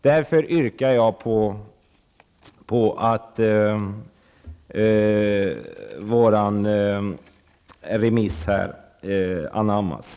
Därför yrkar jag att vår remiss här anammas.